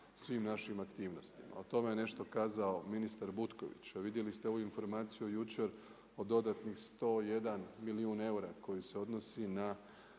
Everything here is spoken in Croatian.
svim našim aktivnostima. O tome je nešto kazao ministar Butković, a vidjeli ste ovu informaciju jučer o dodatnih 101 milijun eura koji se odnosi na